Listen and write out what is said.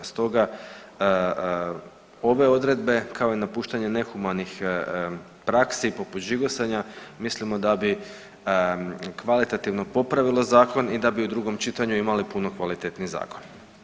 Stoga ove odredbe, kao i napuštanje nehumanih praksi poput žigosanja mislimo da bi kvalitativno popravilo zakon i da bi u drugom čitanju imali puno kvalitetniji zakon.